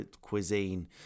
cuisine